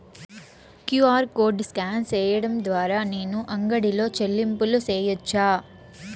QR code scan సేయడం ద్వారా నేను అంగడి లో చెల్లింపులు సేయొచ్చా?